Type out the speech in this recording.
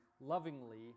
lovingly